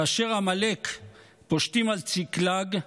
כאשר עמלק פושטים על צקלג,